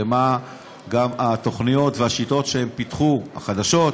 ועל התוכניות והשיטות שהם פיתחו, החדשות.